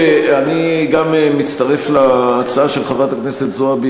אני מצטרף להצעה של חברת הכנסת זועבי